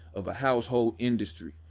of a household industry.